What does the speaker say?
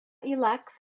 elects